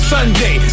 Sunday